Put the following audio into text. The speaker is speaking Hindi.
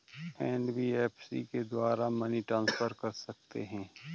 क्या हम एन.बी.एफ.सी के द्वारा मनी ट्रांसफर कर सकते हैं?